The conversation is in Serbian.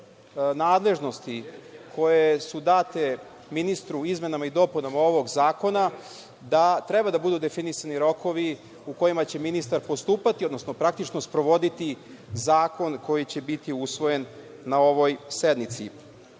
nadležnosti koje su date ministru u izmenama i dopunama ovog zakona treba da budu definisani rokovi u kojima će ministar postupati, odnosno praktično sprovoditi zakon koji će biti usvojen na ovoj sednici.O